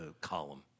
column